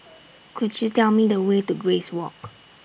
Could YOU Tell Me The Way to Grace Walk